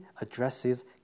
addresses